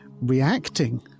reacting